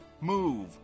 move